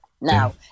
Now